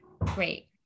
great